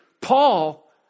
Paul